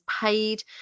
paid